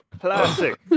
Classic